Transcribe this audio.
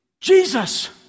Jesus